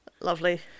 Lovely